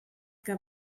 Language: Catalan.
que